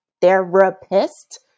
therapist